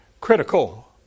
critical